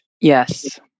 Yes